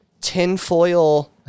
tinfoil